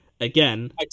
Again